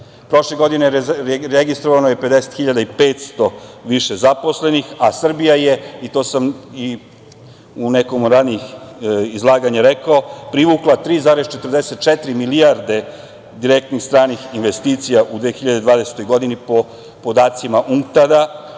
Prošle godine registrovano je 50.500 više zaposlenih, a Srbija je, i to sam u nekom od ranijih izlaganja rekao, privukla 3,44 milijarde direktnih stranih investicija u 2020. godini po podacima UNCTAD-a,